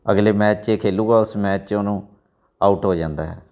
ਅਗਲੇ ਮੈਚ 'ਚ ਖੇਲੂਗਾ ਉਸ ਮੈਚ 'ਚ ਉਹਨੂੰ ਆਊਟ ਹੋ ਜਾਂਦਾ ਹੈ